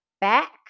back